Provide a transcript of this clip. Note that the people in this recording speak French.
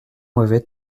mauvais